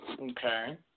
Okay